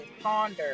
ponder